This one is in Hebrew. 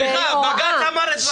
סליחה, בג"ץ אמר את דברו.